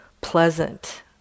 pleasant